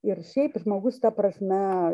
ir šiaip žmogus ta prasme